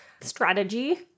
strategy